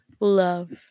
Love